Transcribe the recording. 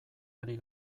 ari